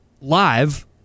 live